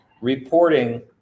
reporting